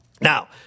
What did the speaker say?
Now